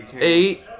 eight